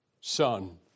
son